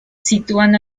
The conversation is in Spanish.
sitúan